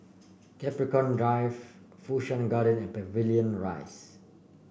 Capricorn Drive Fu Shan Garden and Pavilion Rise